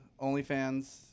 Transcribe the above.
OnlyFans